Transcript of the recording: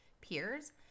peers